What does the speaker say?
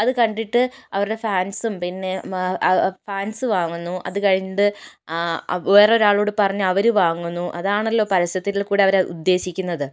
അത് കണ്ടിട്ട് അവരുടെ ഫാൻസും പിന്നെ മ ഫാൻസ് വാങ്ങുന്നു അത് കണ്ട് ആ വേറൊരാളോട് പറഞ്ഞ് അവർ വാങ്ങുന്നു അതാണല്ലോ പരസ്യത്തിൽ കൂടി അവരുദ്ദേശിക്കുന്നത്